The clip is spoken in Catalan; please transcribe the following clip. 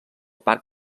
parc